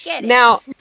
Now